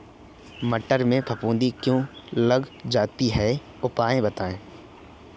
मटर में फफूंदी क्यो लग जाती है उपाय बताएं?